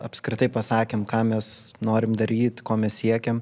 apskritai pasakėm ką mes norim daryt ko mes siekiam